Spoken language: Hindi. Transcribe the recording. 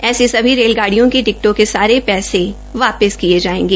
ऐसी सभी रेलगाड़ियों की टिकटों के सारे पैसे वापिस किए जायेंगे